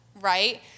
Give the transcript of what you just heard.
right